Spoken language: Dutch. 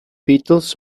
beatles